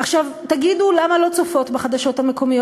עכשיו תגידו: למה לא צופות בחדשות המקומיות,